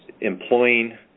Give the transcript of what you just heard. employing